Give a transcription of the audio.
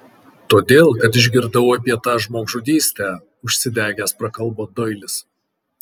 todėl kad išgirdau apie tą žmogžudystę užsidegęs prakalbo doilis